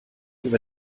über